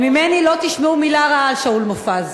וממני לא תשמעו מלה רעה על שאול מופז.